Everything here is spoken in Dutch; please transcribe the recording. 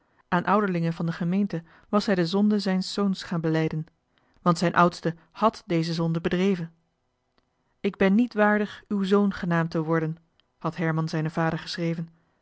aan ouderlingen van de gemeente was hij de zonde zijns zoons gaan belijden want zijn oudste hàd deze zonde bedreven ik ben niet waardig uw zoon genaamd te worden had hij zijnen vader geschreven